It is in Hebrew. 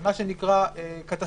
-- מה שנקרא "קטסטרופה".